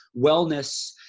wellness